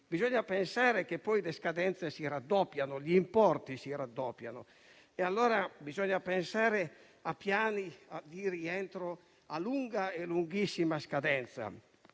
bisogna pensare che poi le scadenze si raddoppiano, gli importi si raddoppiano. Allora bisogna pensare a piani di rientro a lunga e lunghissima scadenza,